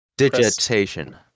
digitation